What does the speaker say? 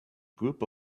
group